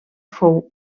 fou